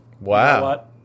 Wow